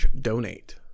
donate